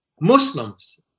Muslims